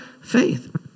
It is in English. faith